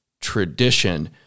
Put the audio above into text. tradition